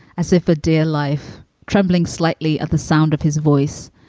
as if for dear life trembling slightly at the sound of his voice.